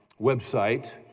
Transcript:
website